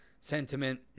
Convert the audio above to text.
sentiment